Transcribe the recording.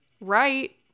right